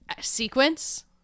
sequence